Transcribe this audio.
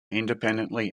independently